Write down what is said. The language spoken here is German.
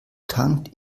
tankt